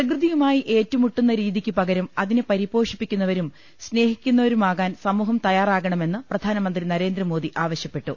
പ്രകൃതിയുമായി ഏറ്റുമുട്ടുന്ന രീതിയ്ക്കുപകരം അതിനെ പരിപോ ഷിപ്പിക്കുന്നവരും സ്നേഹിക്കുന്നവരുമാകാൻ സമൂഹം തയ്യാറാകണമെന്ന് പ്രധാനമന്ത്രി നരേന്ദ്രമോദി ആവശ്യപ്പെട്ടു